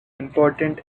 important